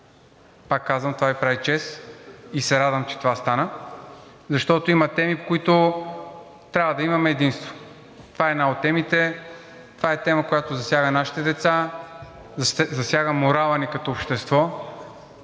Пак казвам, това Ви прави чест и се радвам, че това стана, защото има теми, по които трябва да имаме единство. Това е една от темите, това е тема, която засяга нашите деца, засяга морала ни като общество,